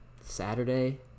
Saturday